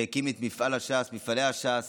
שהקים את מפעל הש"ס, מפעלי הש"ס.